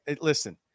listen